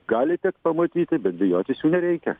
gali tekt pamatyti bet bijotis jų nereikia